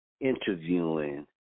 interviewing